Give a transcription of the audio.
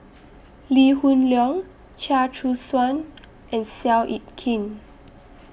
Lee Hoon Leong Chia Choo Suan and Seow Yit Kin